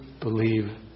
believe